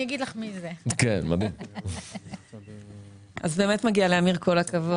אז באמת מגיע לאמיר כל הכבוד.